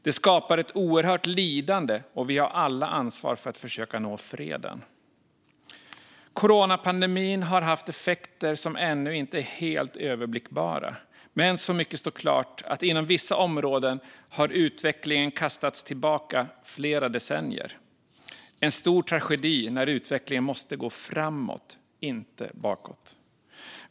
Detta skapar ett oerhört lidande, och vi har alla ansvar för att försöka nå fred. Coronapandemin har haft effekter som ännu inte är helt överblickbara, men det står klart att utvecklingen inom vissa områden har kastats tillbaka flera decennier. Det är en stor tragedi nu när utvecklingen måste gå framåt, inte bakåt.